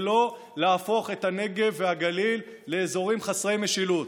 ולא להפוך את הנגב והגליל לאזורים חסרי משילות.